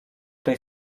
tej